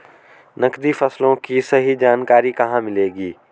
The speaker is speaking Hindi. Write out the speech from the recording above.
नकदी फसलों की सही जानकारी कहाँ मिलेगी?